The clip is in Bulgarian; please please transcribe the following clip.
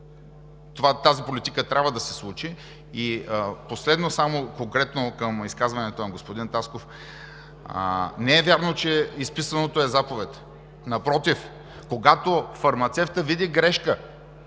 тази политика трябва да се случи. Последно, конкретно към изказването на господин Тасков. Не е вярно, че изписаното е заповед. Напротив, когато фармацевтът види грешка